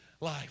life